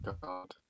God